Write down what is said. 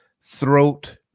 throat